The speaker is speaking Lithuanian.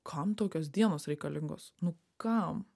kam tokios dienos reikalingos nu kam